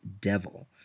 Devil